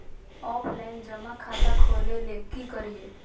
Offline जमा खाता खोले ले की करिए?